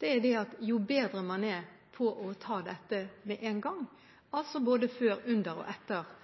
er at jo bedre man er til å ta dette med en gang – altså både før, under og etter